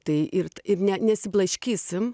tai ir ir ne nesiblaškysim